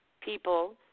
people